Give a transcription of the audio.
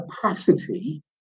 capacity